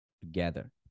together